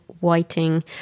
whiting